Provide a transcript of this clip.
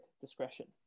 discretion